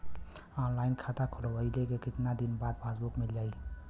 Online खाता खोलवईले के कितना दिन बाद पासबुक मील जाई?